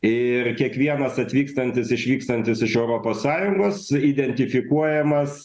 ir kiekvienas atvykstantis išvykstantis iš europos sąjungos identifikuojamas